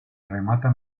remata